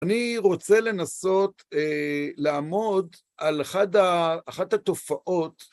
אני רוצה לנסות לעמוד על אחת התופעות